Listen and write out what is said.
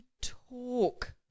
talk